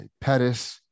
Pettis